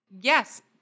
yes